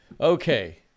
okay